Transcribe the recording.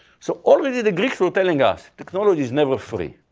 so already the greeks were telling us technology is never free.